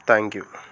thank you